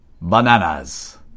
Bananas